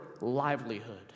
livelihood